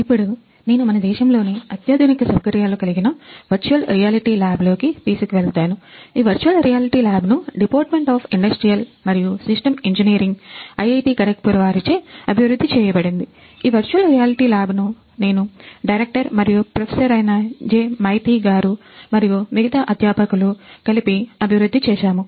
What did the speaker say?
ఇప్పుడు నేను మన దేశంలోని అత్యాధునిక సౌకర్యాలు కలిగిన వర్చువల్ రియాలిటీ గారు మరియు మిగతా అధ్యాపకులు కలిపి అభివృద్ధి చేశాము